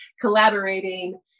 collaborating